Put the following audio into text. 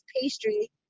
pastry